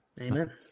Amen